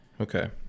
Okay